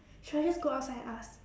should I just go outside and ask